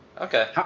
Okay